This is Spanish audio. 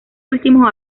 últimos